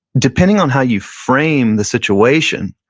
depending on how you frame the situation,